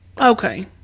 Okay